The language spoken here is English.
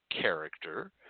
character